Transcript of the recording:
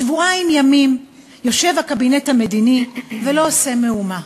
שבועיים ימים יושב הקבינט המדיני ולא עושה מאומה.